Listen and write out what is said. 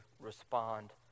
respond